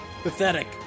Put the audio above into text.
Pathetic